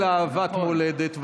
של אהבת מולדת.